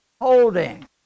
holding